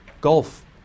golf